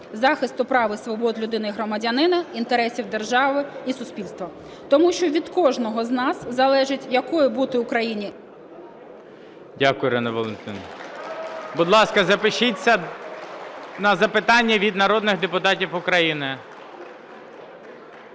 захисту прав і свобод людини і громадянина, інтересів держави і суспільства. Тому що від кожного з нас залежить якою бути Україні… ГОЛОВУЮЧИЙ. Дякую, Ірина Валентинівна. Будь ласка, запишіться на запитання від народних депутатів України.